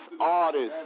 artists